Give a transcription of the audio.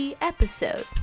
episode